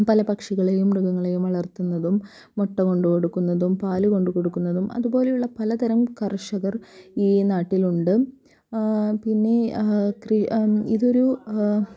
പല പക്ഷികളെയും മൃഗങ്ങളെയും വളർത്തുന്നതും മുട്ട കൊണ്ടു കൊടുക്കുന്നതും പാൽ കൊണ്ട് കൊടുക്കുന്നതും അതുപോലെയുള്ള പലതരം കർഷകർ ഈ നാട്ടിലുണ്ട് പിന്നെ ഇതൊരു